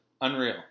unreal